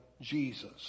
Jesus